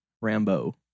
Rambo